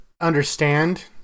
understand